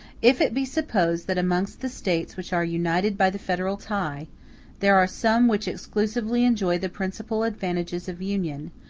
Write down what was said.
if it be supposed that amongst the states which are united by the federal tie there are some which exclusively enjoy the principal advantages of union,